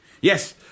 Yes